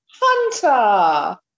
Hunter